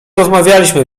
rozmawialiśmy